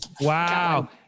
Wow